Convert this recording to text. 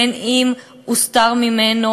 בין אם הוסתרו ממנו